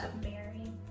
Mary